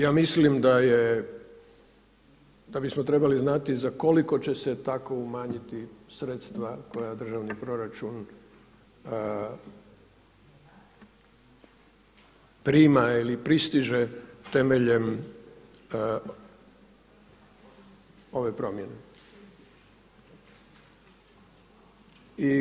Ja mislim da je, da bismo trebali znati za koliko će se tako umanjiti sredstva koja državni proračun prima ili pristiže temeljem ove promjene.